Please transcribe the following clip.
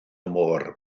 môr